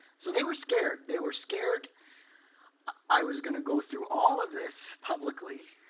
so they were scared. they were scared i was going to go through all of this, publicly,